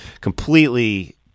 completely